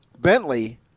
Bentley